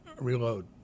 reload